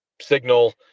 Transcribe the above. signal